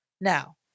Now